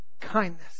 kindness